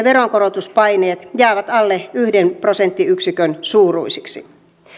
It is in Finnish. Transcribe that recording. veronkorotuspaineet jäävät alle yhden prosenttiyksikön suuruisiksi